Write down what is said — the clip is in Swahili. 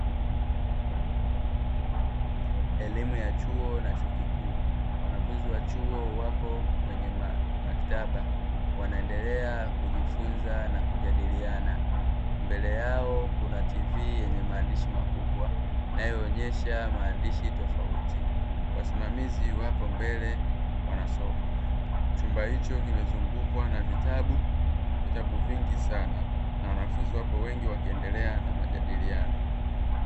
Elimu ya chuo na chuo kikuu wanafunzi wa chuo wapo kwenye maktaba wanaendelea kujifunza na kujadiliana, mbele yao kuna tv yenye maandishi makubwa inayoonyesha maandishi tofauti wasimamizi wapo mbele wanasoma, chumba hicho kimezungukwa na vitabu vitabu vingi sana na wanafunzi wako wengi wakiendelea na majadiliano.